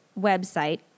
website